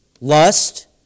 lust